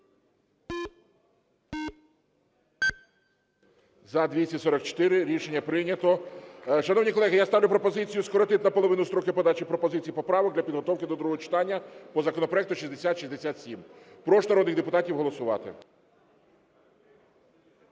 За-244 Рішення прийнято. Шановні колеги, я ставлю пропозицію скоротити наполовину строки подачі пропозицій і поправок для підготовки до другого читання по законопроекту 6067. Прошу народних депутатів голосувати.